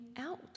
out